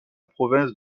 province